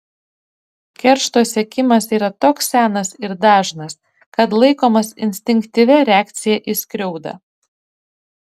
keršto siekimas yra toks senas ir dažnas kad laikomas instinktyvia reakcija į skriaudą